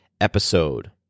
episode